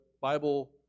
Bible